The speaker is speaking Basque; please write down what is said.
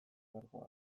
elkargoak